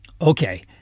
Okay